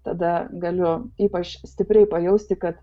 tada galiu ypač stipriai pajausti kad